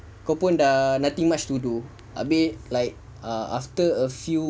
kau pun dah nothing much to do abeh ah like err after a few